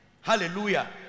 Hallelujah